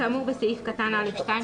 מענק כאמור בסעיף קטן (א)(2),